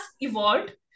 evolved